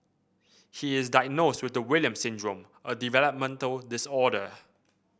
he is diagnosed with the Williams Syndrome a developmental disorder